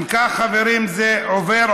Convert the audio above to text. אם כך, חברים, זה עובר.